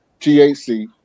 THC